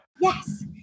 Yes